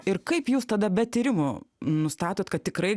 ir kaip jūs tada be tyrimų nustatot kad tikrai